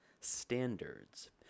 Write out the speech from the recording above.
standards